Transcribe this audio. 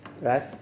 right